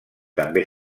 també